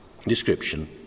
description